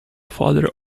father